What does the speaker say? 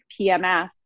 PMS